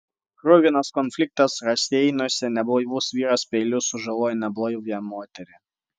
kruvinas konfliktas raseiniuose neblaivus vyras peiliu sužalojo neblaivią moterį